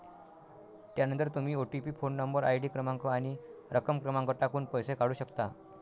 त्यानंतर तुम्ही OTP phone number, ID क्रमांक आणि रक्कम क्रमांक टाकून पैसे काढू शकता